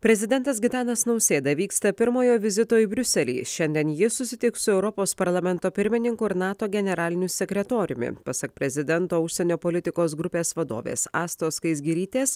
prezidentas gitanas nausėda vyksta pirmojo vizito į briuselį šiandien jis susitiks su europos parlamento pirmininku ir nato generaliniu sekretoriumi pasak prezidento užsienio politikos grupės vadovės astos skaisgirytės